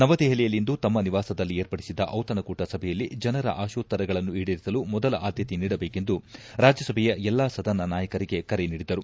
ನವದೆಹಲಿಯಲ್ಲಿಂದು ತಮ್ಮ ನಿವಾಸದಲ್ಲಿ ಏರ್ಪಡಿಸಿದ್ದ ಔತಣಕೂಟ ಸಭೆಯಲ್ಲಿ ಜನರ ಆಶೋತ್ತರಗಳನ್ನು ಈಡೇರಿಸಲು ಮೊದಲ ಆದ್ಯತೆ ನೀಡಬೇಕೆಂದು ರಾಜ್ಯಸಭೆಯ ಎಲ್ಲಾ ಸದನ ನಾಯಕರಿಗೆ ಕರೆ ನೀಡಿದರು